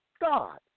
God